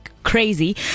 Crazy